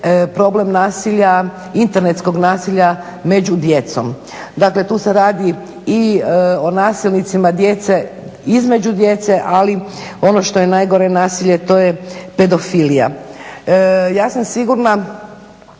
problem nasilja, internetskog nasilja među djecom. Dakle, tu se radi i o nasilnicima djece između djece. Ali ono što je najgore nasilje to je pedofilija. Ja sam sigurna